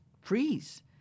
freeze